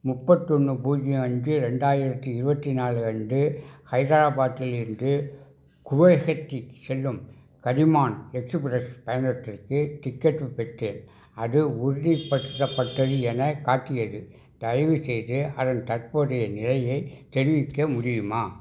முப்பத்தொன்று பூஜ்ஜியம் அஞ்சு ரெண்டாயிரத்தி இருபத்தி நாலு அன்று ஹைதராபாத்தில் இருந்து குவைஹத்தி செல்லும் கதிமான் எக்ஸுபிரஸ் பயணத்திற்கு டிக்கெட்டு பெற்றேன் அது உறுதிப்படுத்தப்பட்டது என காட்டியது தயவுசெய்து அதன் தற்போதைய நிலையை தெரிவிக்க முடியுமா